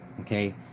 Okay